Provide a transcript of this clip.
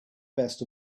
best